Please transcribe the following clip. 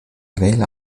wähler